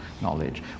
knowledge